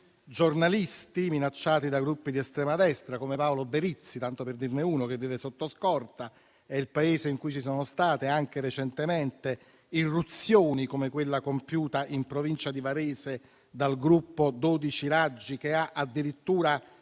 giornalisti minacciati da gruppi di estrema destra, come Paolo Berizzi, tanto per dirne uno, che vive sotto scorta. È il Paese in cui ci sono state anche recentemente irruzioni come quella compiuta in provincia di Varese dalla comunità militante